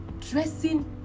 dressing